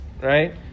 right